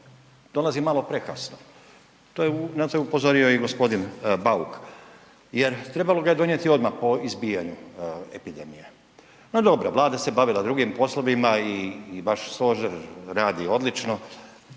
dolazi malo prekasno na to je upozorio i gospodin Bauk jer trebalo ga je donijeti odmah po izbijanju epidemije. No dobro, Vlada se bavila drugim poslovima i vaš stožer radi odlično,